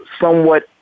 somewhat